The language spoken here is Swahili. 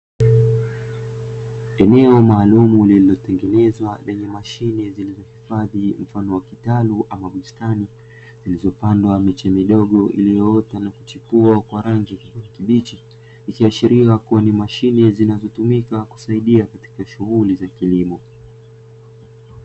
Eneo maalumu lililotengenezwa lenye mashine zilizohifadhi mfano wa kitalu ama bustani, zilizopandwa miche midogo iliyoota na kuchipua kwa rangi ya kijani kibichi, ikiashiria kuwa ni mashine zinazotumika kusaidia katika shughuli za kilimo.